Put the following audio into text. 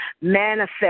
Manifest